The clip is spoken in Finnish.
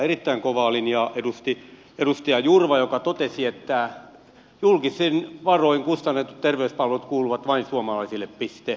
erittäin kovaa linjaa edusti edustaja jurva joka totesi että julkisin varoin kustannetut terveyspalvelut kuuluvat vain suomalaisille piste